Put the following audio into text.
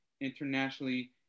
internationally